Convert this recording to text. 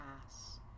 pass